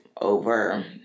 over